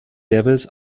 devils